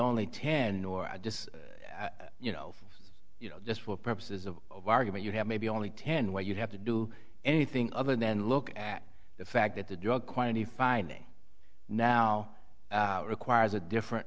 only ten or just you know you know just for purposes of argument you have maybe only ten what you have to do anything other then look at the fact that the drug quantity finding now requires a different